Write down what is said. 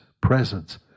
presence